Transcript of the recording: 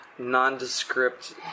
nondescript